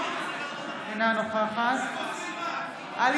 אינה נוכחת עלי